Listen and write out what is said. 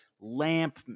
lamp